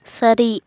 சரி